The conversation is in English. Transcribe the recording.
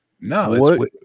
no